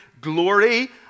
glory